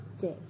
day